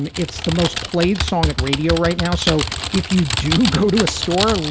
and it's the most played song at radio right now. so if you do go to a store,